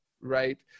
right